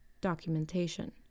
documentation